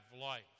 life